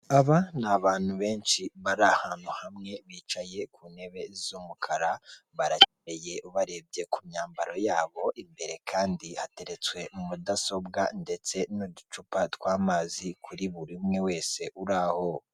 Aba ni abantu benshi bari ahantu hamwe, bicaye ku ntebe z'umukara, barakeye ubarebye ku myambaro yabo, imbere kandi hateretswe mudasobwa ndetse n'uducupa tw'amazi kuri buri umwe wese uri aho.